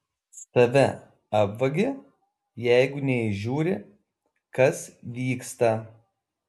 save apvagi jeigu neįžiūri kas vyksta